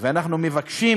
ואנחנו מבקשים